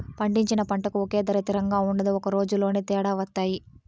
పండించిన పంటకు ఒకే ధర తిరంగా ఉండదు ఒక రోజులోనే తేడా వత్తాయి